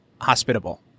hospitable